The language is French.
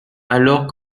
alors